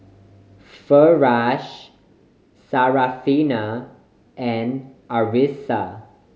Firash Syarafina and Arissa